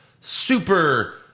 super